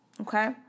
Okay